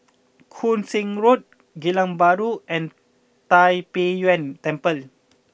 Koon Seng Road Geylang Bahru and Tai Pei Yuen Temple